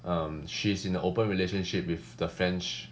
um she's in a open relationship with the french